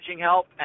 help